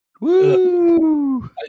Woo